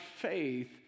faith